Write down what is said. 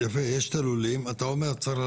יפה, יש את הלולים ואתה אומר שצריך